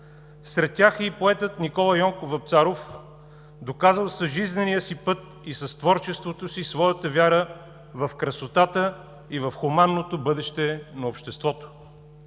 Сред тях е и поетът Никола Йонков Вапцаров, доказал с жизнения си път и с творчеството си своята вяра в красотата и в хуманното бъдеще на обществото.